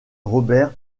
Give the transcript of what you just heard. robert